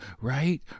Right